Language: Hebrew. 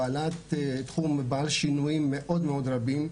הוא בעל שינויים מאוד רבים,